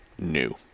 new